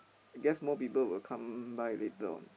I guess more people will come by later on